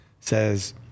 says